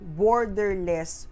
borderless